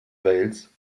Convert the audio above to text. wales